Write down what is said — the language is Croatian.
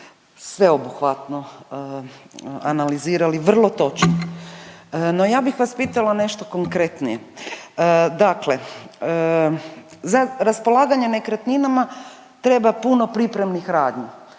sveobuhvatno analizirali vrlo točno, no ja bih vas pitala nešto konkretnije. Dakle, raspolaganje nekretninama treba puno pripremnih radnji